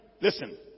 listen